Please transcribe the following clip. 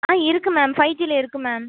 ஆ இருக்குது மேம் ஃபைஜில இருக்குது மேம்